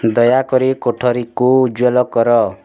ଦୟାକରି କୋଠରୀକୁ ଉଜ୍ଜ୍ୱଲ କର